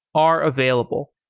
are available.